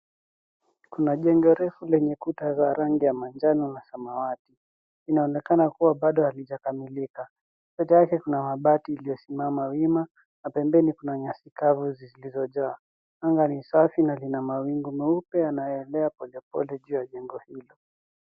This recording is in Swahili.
Kuna jengo refu lenye kuta za rangi ya manjano na samawati, linaonekana kuwa bado halijakamilika. Kando yake kuna mabati iliyosimama wima, na pembeni kuna nyasi kavu zilizojaa. Anga ni safi na lina mawingu meupe, yanayoelea pole pole juu ya jengo hilo.